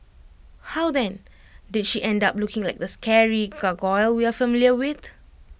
how then did she end up looking like the scary gargoyle we are familiar with